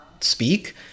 speak